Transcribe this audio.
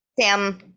Sam